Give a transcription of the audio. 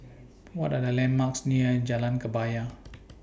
What Are The landmarks near Jalan Kebaya